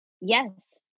Yes